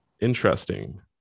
Interesting